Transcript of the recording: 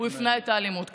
הפנה את האלימות כלפיו.